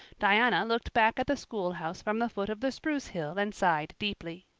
diana looked back at the schoolhouse from the foot of the spruce hill and sighed deeply.